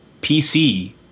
PC